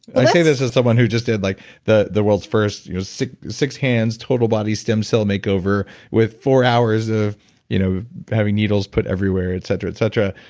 i say this as someone who just did like the the world's first you know so six-hands, total-body stem cell makeover with four hours of you know having needles put everywhere, etc, etc.